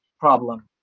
problem